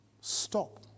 stop